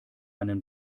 einen